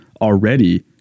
already